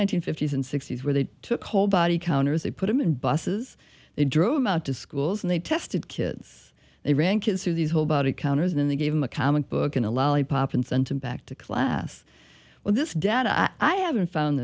hundred fifty s and sixty's where they took whole body counters they put them in buses they drove them out to schools and they tested kids they ran kids through these whole body counters and they gave him a comic book and a lollipop and sent him back to class well this data i haven't found